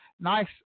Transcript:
Nice